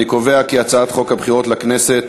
אני קובע כי הצעת חוק הבחירות לכנסת